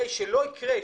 גם שלנו מכובדת.